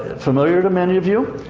familiar to many of you.